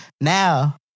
Now